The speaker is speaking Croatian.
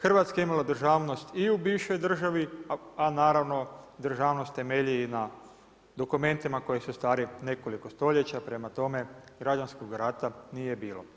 Hrvatska je imala državnost i u bivšoj državi, a naravno državnost temelji i na dokumentima koji su stari nekoliko stoljeća, prema tome građanskoga rata nije bilo.